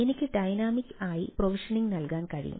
എനിക്ക് ഡൈനാമിക് ആയി പ്രൊവിഷനിംഗ് നൽകാൻ കഴിയും